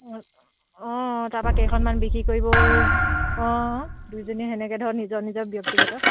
অঁ তাৰপা কেইখনমান বিক্ৰী কৰিব অঁ দুজনী সেনেকে ধৰক নিজৰ নিজৰ ব্যক্তিগত